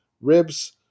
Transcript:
ribs